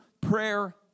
prayer